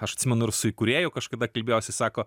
aš atsimenu ir su įkūrėju kažkada kalbėjausi sako